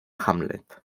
hamlet